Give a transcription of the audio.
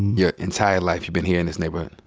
your entire life you been here in this neighborhood?